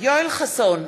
יואל חסון,